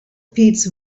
pits